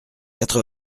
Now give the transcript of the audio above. quatre